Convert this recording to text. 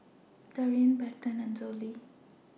Darrian Berton and Zollie